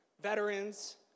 veterans